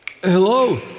Hello